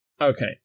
Okay